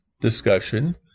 discussion